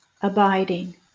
abiding